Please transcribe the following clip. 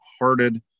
hearted